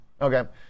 Okay